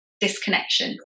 disconnection